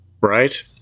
Right